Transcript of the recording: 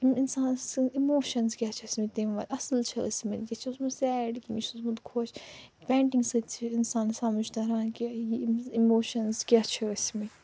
یِم اِنسان سٕنٛز اِموشَنٕز کیٛاہ چھِ ٲسۍمٕتۍ تَمہِ وقتہٕ اصٕل چھِ ٲسۍ مٕتۍ یہِ چھُ اوسمُت سیڈ کِنہٕ یہِ چھُ اوسمُت خۄش پینٹِنٛگ سۭتۍ چھُ اِنسانَس سمجھ تَران کہِ یِم أمۍ سٕنٛدۍ اِموشَنٕز کیٛاہ چھِ ٲسۍ مٕتۍ